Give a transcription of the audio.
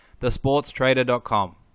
thesportstrader.com